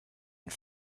and